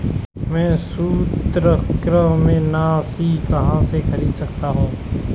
मैं सूत्रकृमिनाशी कहाँ से खरीद सकता हूँ?